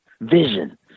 vision